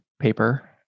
paper